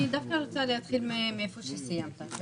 אני דווקא רוצה להתחיל מאיפה שסיימת.